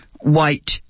white